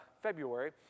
February